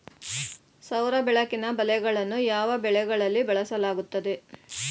ಸೌರ ಬೆಳಕಿನ ಬಲೆಗಳನ್ನು ಯಾವ ಬೆಳೆಗಳಲ್ಲಿ ಬಳಸಲಾಗುತ್ತದೆ?